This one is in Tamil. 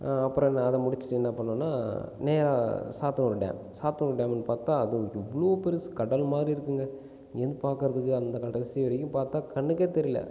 அப்பறம் என்ன அதை முடிச்சுட்டு என்ன பண்ணோம்ன்னா நேர சாத்தனூர் டேம் சாத்தனூர் டேமுன்னு பார்த்தால் அது இவ்வளோ பெருசு கடல் மாதிரி இருக்குங்க இங்கேருந்து பார்க்கிறதுக்கு அந்த கடைசி வரைக்கும் பார்த்தால் கண்ணுக்கே தெரியல